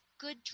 good